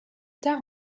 tard